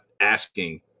asking